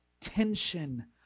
tension